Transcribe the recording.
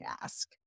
ask